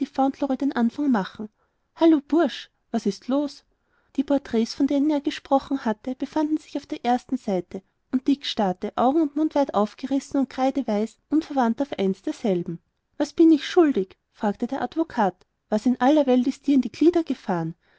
den anfang machen hallo bursch was ist denn los die porträts von denen er gesprochen hatte befanden sich auf der ersten seite und dick starrte augen und mund weit aufgerissen und kreideweiß unverwandt auf eins derselben was bin ich schuldig fragte der advokat was in aller welt ist dir denn in die glieder gefahren